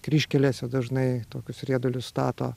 kryžkelėse dažnai tokius riedulius stato